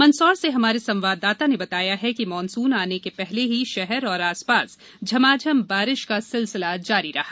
मंदसौर से हमारे संवाददाता ने बताया है कि मॉनसून आने के पहले ही शहर और आसपास झमाझम बारिश का सिलसिला जारी रहा